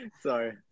Sorry